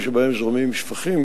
ביחד,